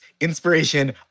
inspiration